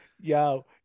yo